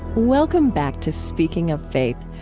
welcome back to speaking of faith,